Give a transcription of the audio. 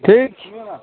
ठीक छी